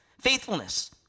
faithfulness